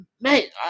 mate